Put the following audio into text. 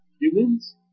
humans